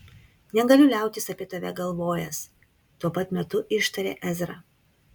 negaliu liautis apie tave galvojęs tuo pat metu ištarė ezra